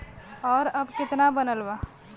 और अब कितना बनल बा?